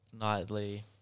nightly